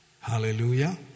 Hallelujah